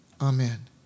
Amen